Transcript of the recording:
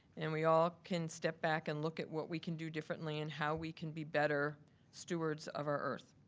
and we all can step back and look at what we can do differently, and how we can be better stewards of our earth.